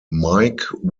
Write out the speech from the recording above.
mike